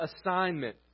assignment